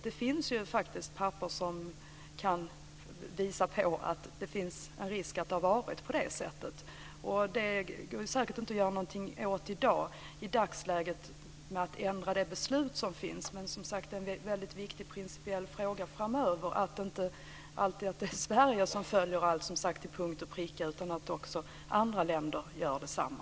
Det finns faktiskt papper som kan visa på att det finns risk för att det har varit på det här sättet. Vi kan säkert inte göra något för att i dagsläget ändra det beslut som finns, men det är, som sagt, en väldigt viktig principiell fråga för framtiden att inte bara Sverige ska följa alla regler till punkt och pricka utan att också andra länder ska göra detsamma.